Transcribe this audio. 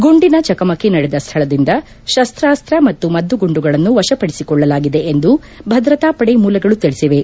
ಗುಂಡಿನ ಚಕಮಕಿ ನಡೆದ ಸ್ಥಳದಿಂದ ಶಸ್ತ್ರಾಸ್ತ ಮತ್ತು ಮದ್ದುಗುಂಡುಗಳನ್ನು ವಶಪಡಿಸಿಕೊಳ್ಳಲಾಗಿದೆ ಎಂದು ಭದ್ರತಾ ಪಡೆ ಮೂಲಗಳು ತಿಳಿಸಿವೆ